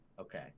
Okay